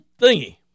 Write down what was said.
thingy